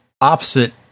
opposite